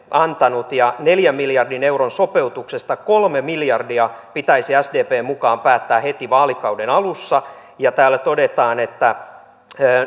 antanut ja neljän miljardin euron sopeutuksesta kolmesta miljardista pitäisi sdpn mukaan päättää heti vaalikauden alussa täällä todetaan että